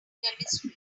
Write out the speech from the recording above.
chemistry